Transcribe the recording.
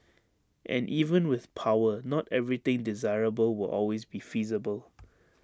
and even with power not everything desirable will always be feasible